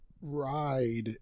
ride